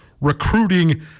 recruiting